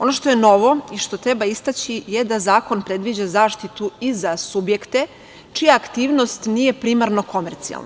Ono što je novo i što treba istaći je da zakon predviđa zaštitu i za subjekte čija aktivnost nije primarno komercijalna.